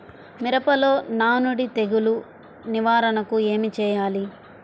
మిరపలో నానుడి తెగులు నివారణకు ఏమి చేయాలి?